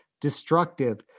destructive